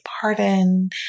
pardon